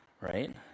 right